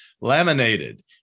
laminated